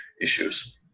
issues